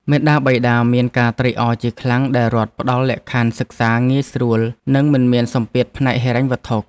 មាតាបិតាមានការត្រេកអរជាខ្លាំងដែលរដ្ឋផ្តល់លក្ខខណ្ឌសិក្សាងាយស្រួលនិងមិនមានសម្ពាធផ្នែកហិរញ្ញវត្ថុ។